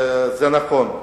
זה נכון,